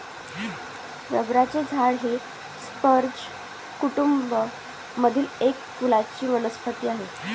रबराचे झाड हे स्पर्ज कुटूंब मधील एक फुलांची वनस्पती आहे